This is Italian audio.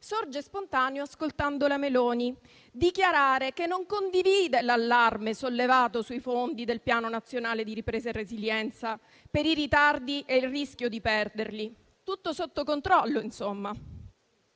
sorge spontaneo ascoltando la Meloni dichiarare che non condivide l'allarme sollevato sui fondi del Piano nazionale di ripresa e resilienza per i ritardi e il rischio di perderli. Tutto sotto controllo, insomma.